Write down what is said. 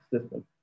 system